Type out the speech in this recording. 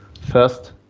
first